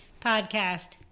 podcast